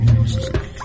Music